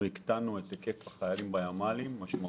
הקטנו את כמות החיילים בימ"ל בצורה משמעותית.